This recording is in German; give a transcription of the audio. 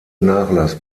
nachlass